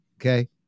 Okay